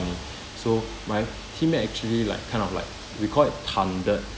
so my teammate actually like kind of like we call it thundered